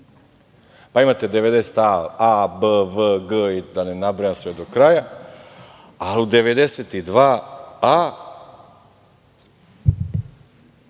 Pa imate 90a, b, v, g i da ne nabrajam sve do kraja, ali u 92a,